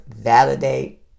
validate